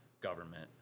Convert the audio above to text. government